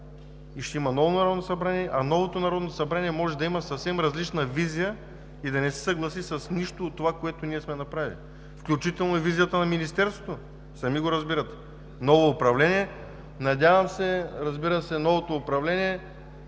и ще има ново Народно събрание, а новото Народно събрание може да има съвсем различна визия и да не се съгласи с нищо от това, което ние сме направили, включително и визията на Министерството, сами го разбирате – ново управление. Надявам се новото управление